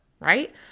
Right